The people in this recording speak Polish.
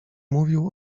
mówił